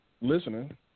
listening